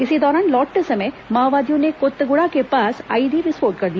इसी दौरान लौटते समय माओवादियों ने कोत्तगुड़ा के पास आईईडी विस्फोट कर दिया